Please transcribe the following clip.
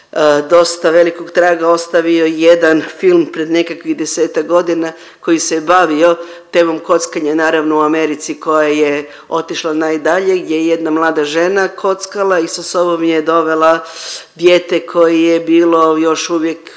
dosta velikog traga ostavio jedan film pred nekakvih desetak godina koji se je bavio temom kockanja, naravno u Americi koja je otišla najdalje, gdje je jedna mlada žena kockala i sa sobom je dovela dijete koje je bilo još uvijek